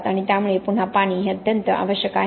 आणि त्यामुळे पुन्हा पाणी हे अत्यंत आवश्यक आहे